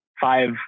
five